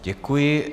Děkuji.